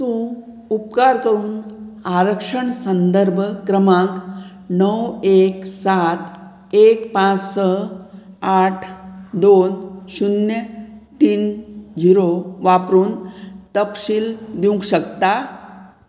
तूं उपकार करून आरक्षण संदर्भ क्रमांक णव एक सात एक पांच स आठ दोन शुन्य तीन झिरो वापरून तपशील दिवंक शकता